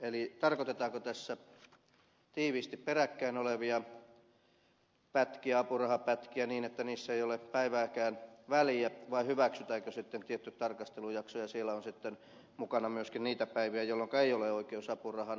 eli tarkoitetaanko tässä tiiviisti peräkkäin olevia pätkiä apurahapätkiä niin että niissä ei ole päivääkään väliä vai hyväksytäänkö tietty tarkastelujakso ja siellä on sitten mukana myöskin niitä päiviä jolloinka ei ole oikeus apurahaan